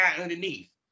underneath